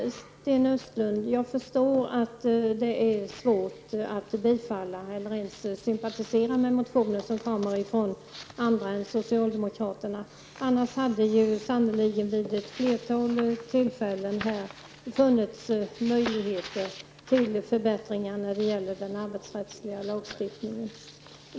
Sedan, Sten Östlund, förstår jag att det svårt att bifalla eller ens sympatisera med motioner som kommer från andra partier än socialdemokraterna. Annars skulle det ju sannerligen vid flertal tillfällen ha funnits möjligheter till förbättringar när det gäller den arbetsrättsliga lagstiftningen.